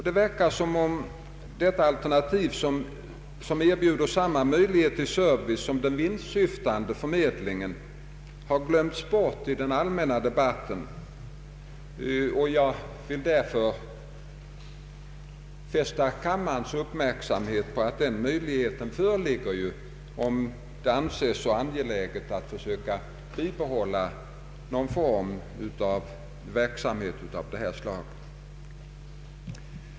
Det verkar som om detta alternativ, som erbjuder samma möjligheter till service som den vinstsyftande förmedlingen, har glömts bort i den allmänna debatten. Jag vill därför fästa kammarens uppmärksamhet på att den möjligheten föreligger, om det nu anses så angeläget att söka bibehålla någon form av dylik verksamhet.